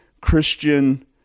christian